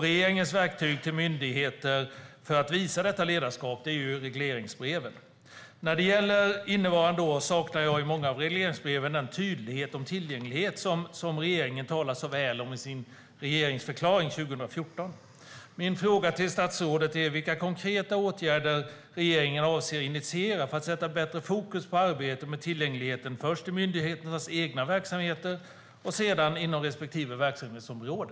Regeringens verktyg för myndigheter när det gäller att visa detta ledarskap är regleringsbreven. För innevarande år saknar jag i många av regleringsbreven en tydlighet om tillgänglighet, som regeringen talade så väl om i regeringsförklaringen 2014. Min fråga till statsrådet är vilka konkreta åtgärder regeringen avser att initiera för att sätta bättre fokus på arbetet med tillgängligheten, först i myndigheternas egna verksamheter och sedan inom respektive verksamhetsområde.